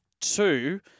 two